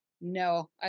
no